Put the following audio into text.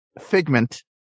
figment